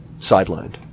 sidelined